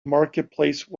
marketplace